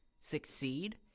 succeed